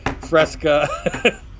fresca